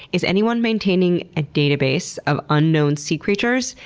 is anyone maintaining a database of unknown sea creatures?